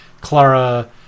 Clara